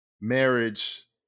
marriage